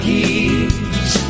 Keys